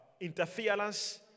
interference